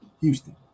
Houston